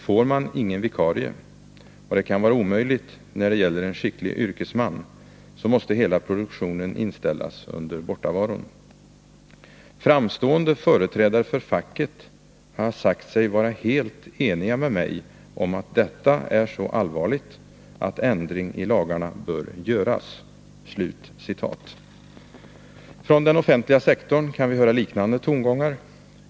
Får man ingen vikarie — och det kan vara omöjligt när det gäller en skicklig yrkesman — så måste hela produktionen inställas under bortavaron. Framstående företrädare för facket har sagt sig vara helt eniga med mig om att detta är så allvarligt att ändring i lagarna bör göras.” Från den offentliga sektorn kan vi höra liknande tongångar.